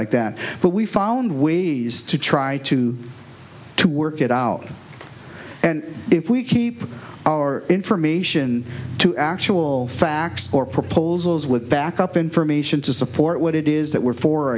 like that but we found ways to try to to work it out and if we keep our information to actual facts or proposals with backup information to support what it is that we're for or